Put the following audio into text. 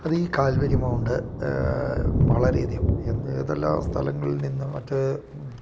അത് ഈ Calvary mount വളരെ അധികം ഏതെല്ലാം സ്ഥലങ്ങളിൽ നിന്ന് മറ്റ്